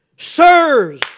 Sirs